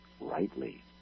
rightly